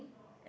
as